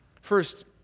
First